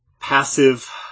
passive